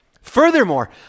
Furthermore